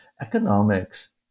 Economics